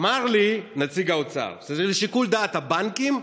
אמר לי נציג האוצר שזה לשיקול דעת הבנקים,